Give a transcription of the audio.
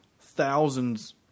thousands